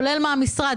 כולל מהמשרד,